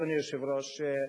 אדוני היושב-ראש,